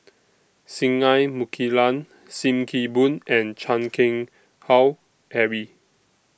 Singai Mukilan SIM Kee Boon and Chan Keng Howe Harry